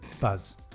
Buzz